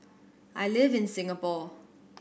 I live in Singapore